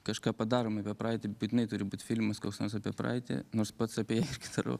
kažką padarom apie praeitį būtinai turi būt filmas kas nors apie praeitį nors pats apie ją irgi darau